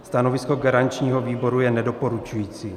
Stanovisko garančního výboru je nedoporučující.